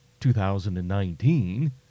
2019